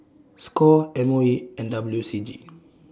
SCORE M O E and W C G